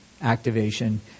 activation